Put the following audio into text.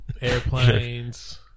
Airplanes